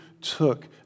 took